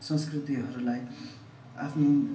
संस्कृतिहरूलाई आफ्नो